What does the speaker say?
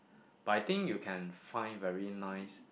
but I think you can find very nice